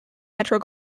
metro